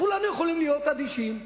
כולנו יכולים להיות אדישים.